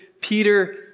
Peter